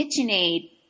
KitchenAid